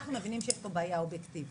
אנחנו מבינים שיש פה בעיה אובייקטיבית,